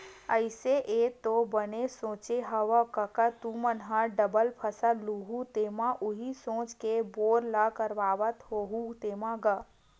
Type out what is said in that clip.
अइसे ऐ तो बने सोचे हँव कका तुमन ह डबल फसल लुहूँ तेमा उही सोच के बोर ल करवात होहू तेंमा गा?